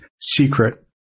secret